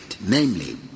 namely